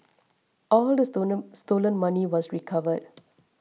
all the stolen stolen money was recovered